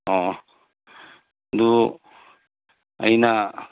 ꯑꯣ ꯑꯗꯨ ꯑꯩꯅ